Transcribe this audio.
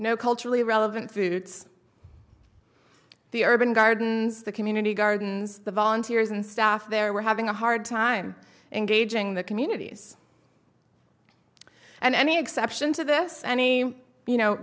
know culturally relevant foods the urban gardens the community gardens the volunteers and staff there were having a hard time in gauging the communities and any exception to this any you know